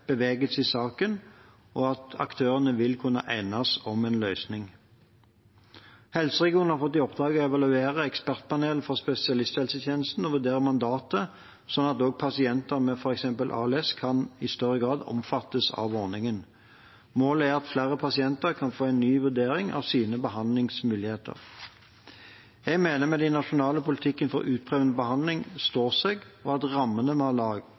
i saken, og at aktørene vil kunne enes om en løsning. Helseregionene har fått i oppdrag å evaluere Ekspertpanelet for spesialisthelsetjenesten og vurdere mandatet, slik at også pasienter med f.eks. ALS i større grad kan omfattes av ordningen. Målet er at flere pasienter kan få en ny vurdering av sine behandlingsmuligheter. Jeg mener den nasjonale politikken for utprøvende behandling står seg, og at rammene